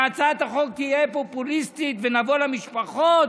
שהצעת החוק תהיה פופוליסטית, ונבוא למשפחות,